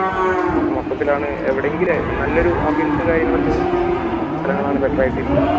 ആ നമുക്ക് മൊത്തത്തിലാണ് എവിടെ എങ്കിലും നല്ലൊരു ആംബിയൻസ് കാര്യങ്ങൾ ഒക്കെ ഉള്ള സ്ഥലങ്ങൾ ആണ് ബെറ്റർ ആയിട്ട് എനിക്ക് തോന്നിയത്